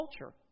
culture